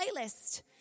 playlist